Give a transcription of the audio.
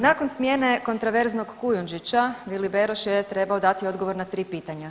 Nakon smjene kontraverznog Kujundžića, Vili Beroš je trebao dati odgovor na tri pitanja.